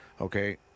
Okay